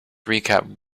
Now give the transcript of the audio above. recap